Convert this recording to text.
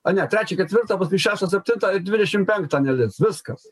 a ne trečią ketvirtą paskui šeštą septintą ir dvidešimt penktą nelis viskas